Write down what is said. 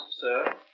sir